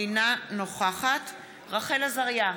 אינה נוכחת רחל עזריה,